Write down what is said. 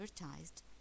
advertised